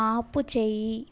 ఆపుచెయ్యి